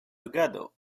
together